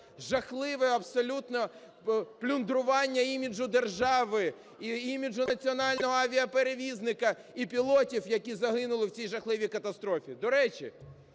жахливе абсолютно плюндрування іміджу держави і іміджу національного авіаперевізника, і пілотів, які загинули в цій жахливій катастрофі. До речі,